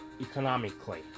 economically